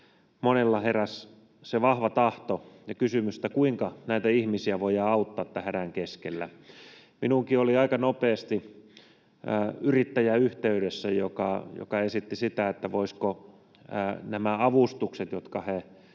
monella heräsi vahva tahto ja kysymys, kuinka näitä ihmisiä voidaan auttaa tämän hädän keskellä. Minuunkin oli aika nopeasti yrittäjä yhteydessä, joka esitti, voisiko näitä avustuksia, jotka he